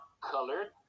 colored